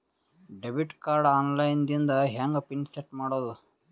Debit card online ದಿಂದ ಹೆಂಗ್ pin set ಮಾಡೋದು?